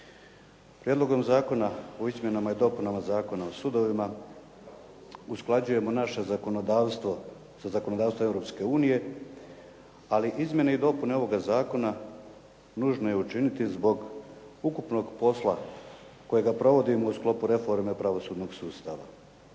Prijedlogom zakona o izmjenama i dopunama Zakona o sudovima usklađujemo naše zakonodavstvo sa zakonodavstvom Europske unije, ali izmjene i dopune ovoga zakona nužno je učiniti zbog ukupnog posla kojega provodim u sklopu reforme pravosudnog sustava.